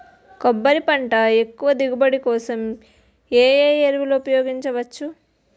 కొబ్బరి పంట ఎక్కువ దిగుబడి కోసం ఏ ఏ ఎరువులను ఉపయోగించచ్చు?